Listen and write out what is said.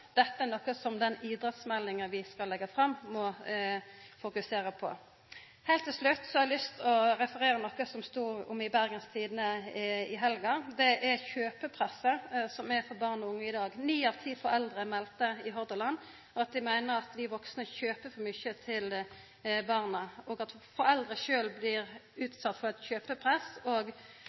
Dette er noko den idrettsmeldinga vi skal leggja fram, må fokusera på. Heilt til slutt har eg lyst til å referera til noko som stod i Bergens Tidende i helga, om kjøpepresset for barn og ungdom i dag. Ni av ti foreldre i Hordaland melde at dei meiner vi vaksne kjøper for mykje til barna, og at foreldra sjølve blir utsette for kjøpepress. Det er klart at den relative fattigdomen er påverka av dette. Vi har alle, både politikarar og